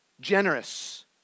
generous